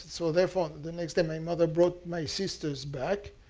so therefore the next day my mother brought my sisters back.